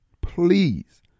please